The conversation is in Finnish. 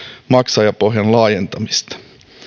maksajapohjan laajentamista